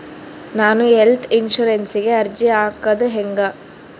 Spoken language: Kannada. ನಾನು ಹೆಲ್ತ್ ಇನ್ಸುರೆನ್ಸಿಗೆ ಅರ್ಜಿ ಹಾಕದು ಹೆಂಗ?